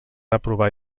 aprovar